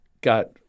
got